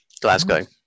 Glasgow